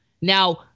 Now